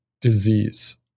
disease